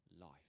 life